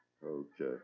Okay